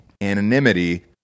anonymity